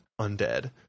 undead